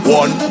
one